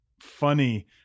funny